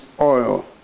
oil